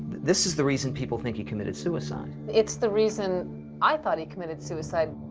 this is the reason people think he committed suicide. it's the reason i thought he committed suicide.